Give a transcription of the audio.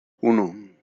uno